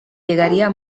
llegaría